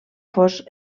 fos